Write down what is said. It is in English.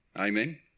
Amen